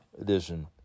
edition